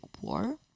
war